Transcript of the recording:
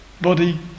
body